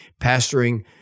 pastoring